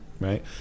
right